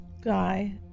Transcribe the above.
guy